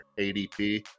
ADP